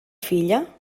filla